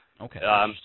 Okay